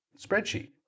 spreadsheet